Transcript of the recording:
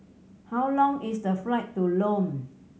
how long is the flight to Lome